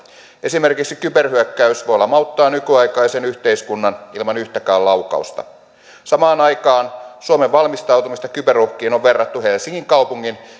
esimerkiksi kyberhyökkäys voi lamauttaa nykyaikaisen yhteiskunnan ilman yhtäkään laukausta samaan aikaan suomen valmistautumista kyberuhkiin on verrattu helsingin kaupungin